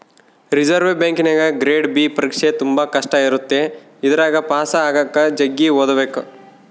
reserve ಬ್ಯಾಂಕಿನಗ grade B ಪರೀಕ್ಷೆ ತುಂಬಾ ಕಷ್ಟ ಇರುತ್ತೆ ಇದರಗ ಪಾಸು ಆಗಕ ಜಗ್ಗಿ ಓದಬೇಕು